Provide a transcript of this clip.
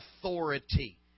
authority